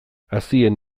hazien